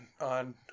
on